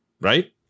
right